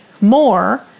more